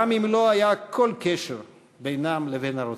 גם אם לא היה כל קשר בינם לבין הרוצח.